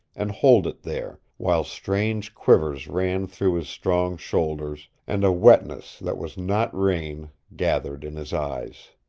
and hold it there, while strange quivers ran through his strong shoulders, and a wetness that was not rain gathered in his eyes.